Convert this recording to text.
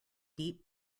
deep